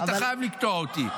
היית חייב לקטוע אותי.